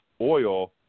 oil